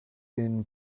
den